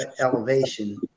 elevation